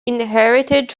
inherited